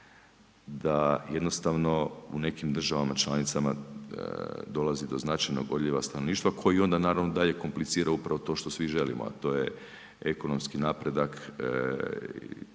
da jednostavno u nekim državama članicama dolazi do značajnog odljeva stanovništva koji onda naravno dalje komplicira upravo to što svi želimo a to je ekonomski napredak